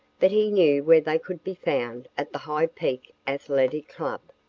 but he knew where they could be found at the high peak athletic club.